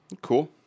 Cool